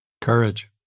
Courage